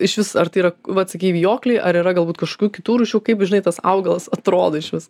išvis ar tai yra vat sakei vijokliai ar yra galbūt kažkokių kitų rūšių kaip žinai tas augalas atrodo išvis